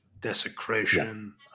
desecration